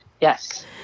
Yes